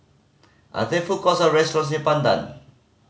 are there food courts or restaurants near Pandan